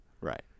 Right